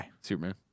Superman